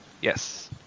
Yes